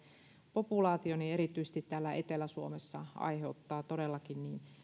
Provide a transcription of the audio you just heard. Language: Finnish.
populaatio erityisesti täällä etelä suomessa aiheuttaa todellakin